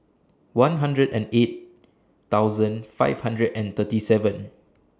one hundred and eight thousand five hundred and thirty seven